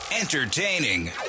Entertaining